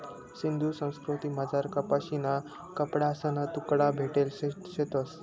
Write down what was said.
सिंधू संस्कृतीमझार कपाशीना कपडासना तुकडा भेटेल शेतंस